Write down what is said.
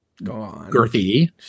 girthy